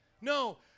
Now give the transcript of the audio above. No